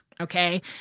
okay